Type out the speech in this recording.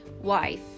wife